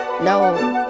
No